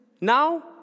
now